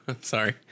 Sorry